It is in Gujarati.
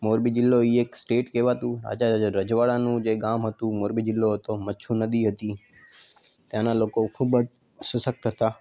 મોરબી જિલ્લો એ એક સ્ટેટ કહેવાતું રાજા રજવાડાનું જે ગામ હતું મોરબી જિલ્લો હતો મચ્છુ નદી હતી તેના લોકો ખૂબ જ સશક્ત હતા